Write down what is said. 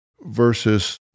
versus